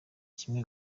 kimwe